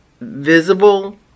visible